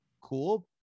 cool